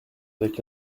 avec